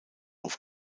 auf